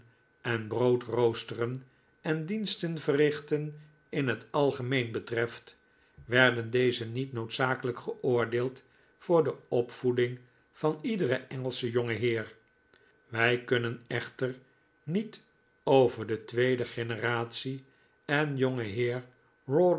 en brood roosteren en diensten verrichten in het algemeen betreft werden deze niet noodzakelijk geoordeeld voor de opvoeding van iederen engelschen jongeheer wij kunnen echter niet over de tweede generatie en